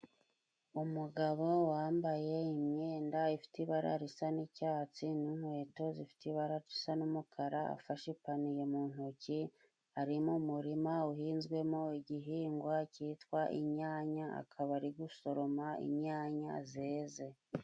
Umugabo wambaye imyenda ifite ibara risa n'icyatsi n'inkweto zifite ibara risa n'umukara afashe ipaniye mu ntoki ari mu umurima uhinzwemo igihingwa cyitwa inyanya akaba ari gusoroma inyanya zeze.